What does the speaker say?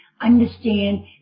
understand